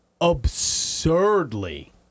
Absurdly